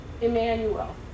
Emmanuel